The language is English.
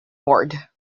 board